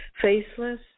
faceless